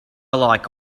like